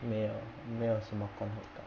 没有没有什么观后感